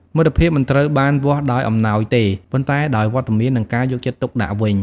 មិត្តភាពមិនត្រូវបានវាស់ដោយអំណោយទេ ប៉ុន្តែដោយវត្តមាន និងការយកចិត្តទុកដាក់វិញ។